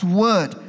word